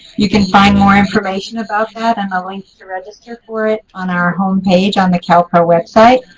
you can find more information about that and the links to register for it on our home page on the calpro website.